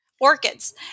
orchids